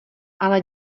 ale